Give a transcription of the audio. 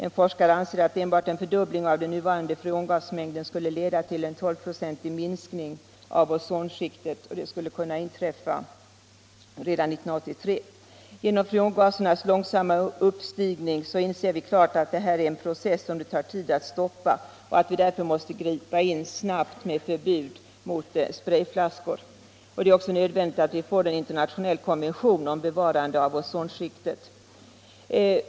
En forskare anser att en fördubbling av den nuvarande freongasmängden skulle leda till en l2-procentig minskning av ozonskiktet, och det skulle kunna inträffa redan 1983. Vi måste inse att genom freongasernas långsamma uppstigning rör det sig här om en process som det tar tid att stoppa, och vi måste därför gripa in snabbt med förbud mot sprayflaskor. Det är också nödvändigt att vi får en internationell konvention om bevarande av ozonskiktet.